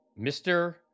Mr